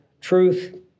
truth